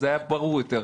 אז זה היה ברור יותר.